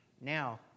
now